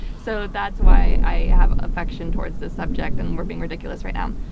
so that's why i have affection towards this subject and we're being ridiculous right now.